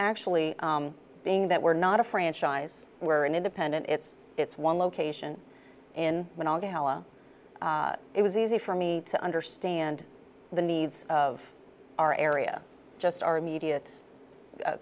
actually being that we're not a franchise we're an independent it's it's one location in when all gala it was easy for me to understand the needs of our area just our immediate